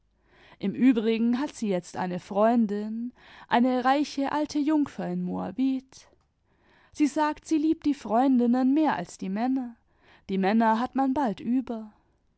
im übrigen hat sie jetzt eine freundin eine reiche alte jungfer in moabit sie sagt sie liebt die freundinnen mehr als die männer die männer hat man bald über